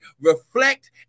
reflect